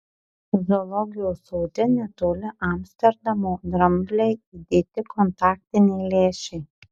zoologijos sode netoli amsterdamo dramblei įdėti kontaktiniai lęšiai